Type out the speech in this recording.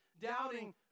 doubting